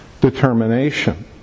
determination